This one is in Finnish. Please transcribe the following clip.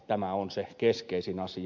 tämä on se keskeisin asia